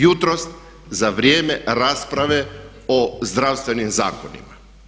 Jutros za vrijeme rasprave o zdravstvenim zakonima.